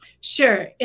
Sure